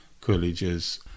Coolidge's